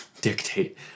dictate